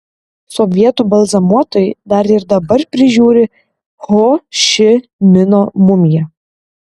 sovietų balzamuotojai dar ir dabar prižiūri ho ši mino mumiją